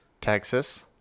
Texas